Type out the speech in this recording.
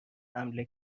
حمله